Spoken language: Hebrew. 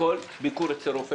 דוגמה מהרפורמה